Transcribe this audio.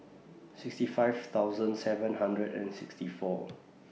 sixty five thousand seven hundred and sixty four